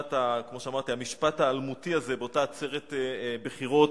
המשפט האלמותי הזה באותה עצרת בחירות,